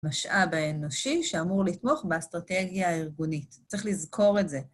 משאב האנושי שאמור לתמוך באסטרטגיה הארגונית, צריך לזכור את זה.